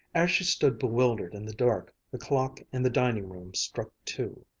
as she stood bewildered in the dark, the clock in the dining-room struck two.